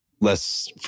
less